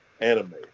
anime